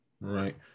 Right